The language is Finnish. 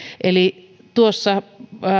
eli tuossa